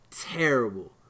terrible